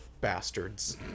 Bastards